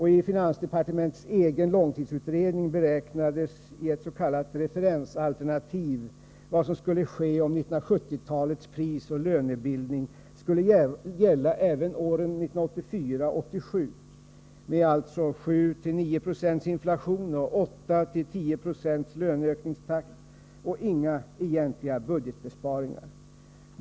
I finansdepartementets egen långtidsutredning beräknades i ett s.k. referensalternativ vad som skulle ske om 1970-talets prisoch lönebildning skulle gälla även åren 1984-1987 med 7-9 90 inflation och 8-10 20 löneökningstakt och inga egentliga budgetbesparingar.